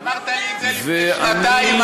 אמרת את זה לפני שנתיים,